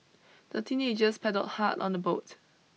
the teenagers paddled hard on the boat